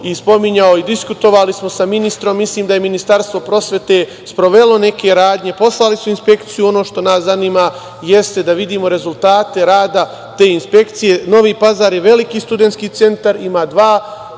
to spominjao i diskutovali smo sa ministrom, mislim da je Ministarstvo prosvete sprovelo neke radnje, poslali su inspekciju. Ono što nas zanima jeste da vidimo rezultate rada te inspekcije. Novi Pazar je veliki studentski centar, ima dva